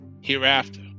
hereafter